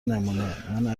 نمونهمن